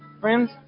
friends